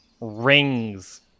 rings